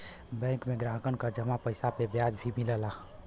bank में ग्राहक क जमा पइसा पे ब्याज भी मिलला